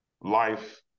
life